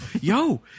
Yo